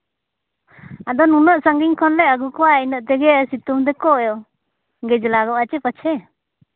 ᱟᱫᱚ ᱱᱩᱱᱟᱹᱜ ᱥᱟᱺᱜᱤᱧ ᱠᱷᱚᱱᱞᱮ ᱟᱹᱜᱩ ᱠᱚᱣᱟ ᱤᱱᱟᱹᱜ ᱛᱮᱜᱮ ᱥᱤᱛᱩᱝ ᱛᱮᱠᱚ ᱜᱮᱡᱽᱞᱟ ᱜᱚᱜᱼᱟ ᱯᱟᱪᱷᱮ